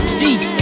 deep